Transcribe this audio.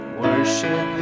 worship